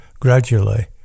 Gradually